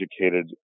educated